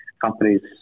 companies